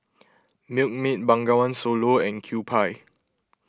Milkmaid Bengawan Solo and Kewpie